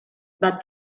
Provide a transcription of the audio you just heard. but